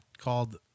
called